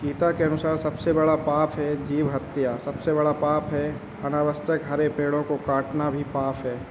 गीता के अनुसार सबसे बड़ा पाप है जीव हत्या सबसे बड़ा पाप है आवश्यक हरे पेड़ों को काटना भी पाप है